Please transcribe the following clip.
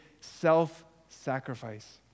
self-sacrifice